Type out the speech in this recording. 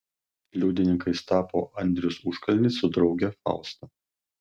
liudininkais tapo andrius užkalnis su drauge fausta